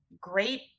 great